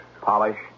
polish